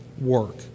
work